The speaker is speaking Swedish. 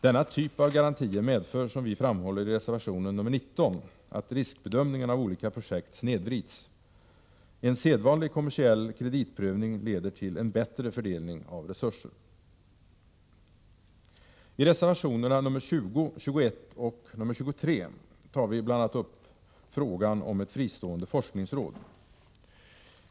Denna typ av garantier medför, som vi framhåller i reservation 19, att riskbedömningen av olika projekt snedvrids. En sedvanlig kommersiell kreditprövning leder till en bättre fördelning av resurser. I reservationerna 20, 21 och 23 tar vi bl.a. upp frågan om ett fristående forskningsråd.